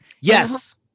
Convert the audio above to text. Yes